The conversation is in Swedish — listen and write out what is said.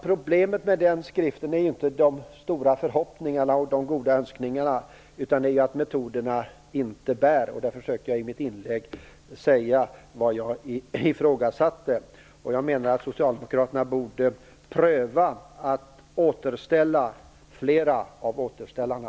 Problemet med den skriften är inte de stora förhoppningarna och de goda önskningarna. Det är att metoderna inte bär. Jag försökte i mitt inlägg säga vad jag ifrågasatte. Jag menar att socialdemokraterna borde pröva att återställa flera av återställarna.